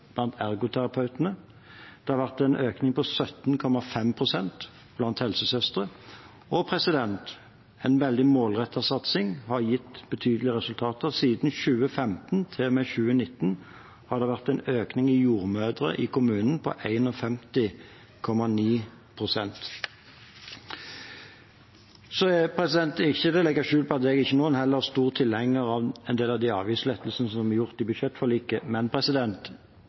blant helsesøstre. Og en veldig målrettet satsing har gitt betydelige resultater: Fra 2015 til og med 2019 har det vært en økning i antallet jordmødre i kommunene på 51,9 pst. Det er ikke til å legge skjul på at jeg heller ikke er noen stor tilhenger av en del av de avgiftslettelsene som ble gjort i budsjettforliket, men